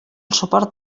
suport